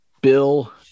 Bill